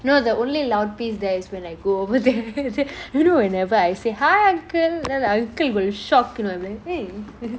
you know the only loud piece there is when I go with them you know whenever I say hi uncle then the uncle will shock you know like eh